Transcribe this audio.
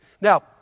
Now